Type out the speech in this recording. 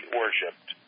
worshipped